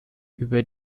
über